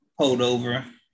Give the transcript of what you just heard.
holdover